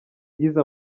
yize